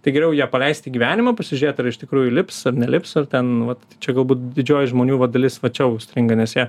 tai geriau ją paleist į gyvenimą pasižiūrėt ar iš tikrųjų lips ar nelips ar ten vat tai čia galbūt didžioji žmonių va dalis va čia užstringa nes jie